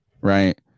Right